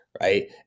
Right